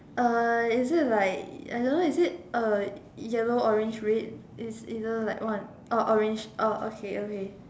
uh is it like I don't know is it uh yellow orange red is either like one oh orange oh okay okay